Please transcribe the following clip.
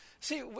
See